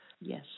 Yes